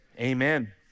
amen